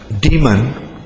demon